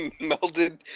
Melted